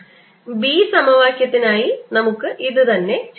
B സമവാക്യത്തിനായി നമുക്ക് ഇതുതന്നെ ചെയ്യാം